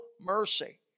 mercy